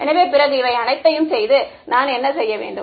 எனவே பிறகு இவை அனைத்தையும் செய்து நான் என்ன செய்ய வேண்டும்